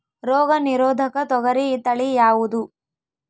ರೋಗ ನಿರೋಧಕ ತೊಗರಿ ತಳಿ ಯಾವುದು?